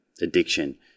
addiction